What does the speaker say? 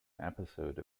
episode